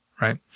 right